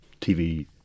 TV